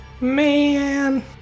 Man